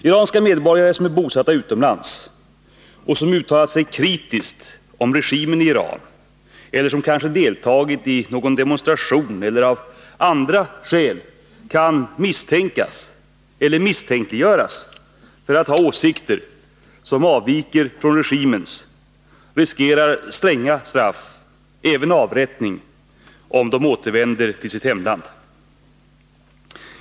Iranska medborgare som är bosatta utomlands och som har uttalat sig kritiskt om regimen i Iran, kanske har deltagit i någon demonstration eller av andra skäl kan misstänkas för att ha åsikter som avviker från regimens, riskerar stränga straff — även avrättning — om de återvänder till sitt hemland.